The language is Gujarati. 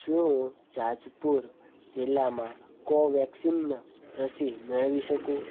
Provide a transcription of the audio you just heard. શું હું જાંજપુર જિલ્લામાં કોવેક્સિન રસી મેળવી શકું